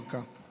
ארכה.